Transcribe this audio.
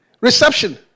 reception